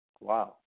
Wow